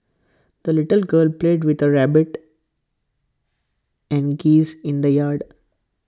the little girl played with her rabbit and geese in the yard